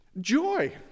Joy